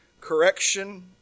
correction